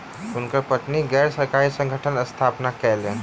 हुनकर पत्नी गैर सरकारी संगठनक स्थापना कयलैन